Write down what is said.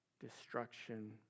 destruction